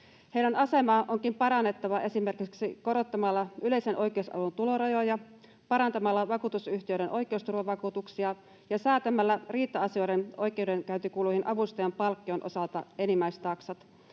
Heidän asemaansa onkin parannettava esimerkiksi korottamalla yleisen oikeusavun tulorajoja, parantamalla vakuutusyhtiöiden oikeusturvavakuutuksia ja säätämällä riita-asioiden oikeudenkäyntikulujen avustajan palkkion osalta enimmäistaksat.